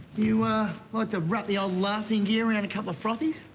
you like to wrap the old laughing gear around a couple of froathies?